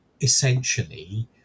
essentially